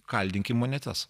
kaldinkim monetas